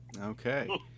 Okay